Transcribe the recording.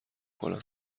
کنم